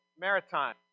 Maritime